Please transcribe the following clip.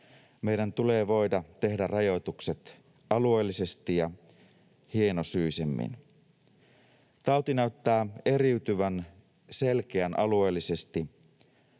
meidän tulee voida tehdä rajoitukset alueellisesti ja hienosyisemmin. Tauti näyttää eriytyvän selkeän alueellisesti.